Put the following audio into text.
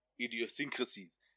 idiosyncrasies